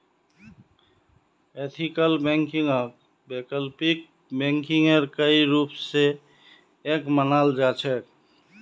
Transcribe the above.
ethical बैंकिंगक वैकल्पिक बैंकिंगेर कई रूप स एक मानाल जा छेक